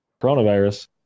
coronavirus